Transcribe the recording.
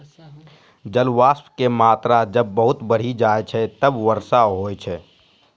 जलवाष्प के मात्रा जब बहुत बढ़ी जाय छै तब वर्षा होय छै